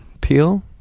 peel